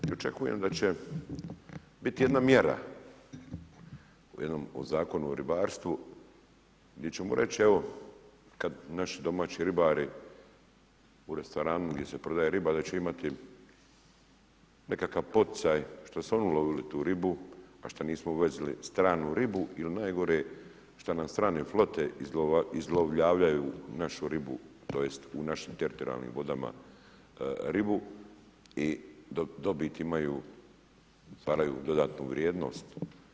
I očekujem da će biti jedna mjera u jednom Zakonu o ribarstvu gdje ćemo reći evo kad naši domaći ribari u restoranu gdje se prodaje riba, da će imati nekakav poticaj što su oni ulovili tu ribu, a što nismo uvozili stranu ribu jer najgore što nam strane flote izlovljavaju našu ribu, tj. u našim teritorijalnim vodama ribu i dobiti imaju, stvaraju dodatnu vrijednost.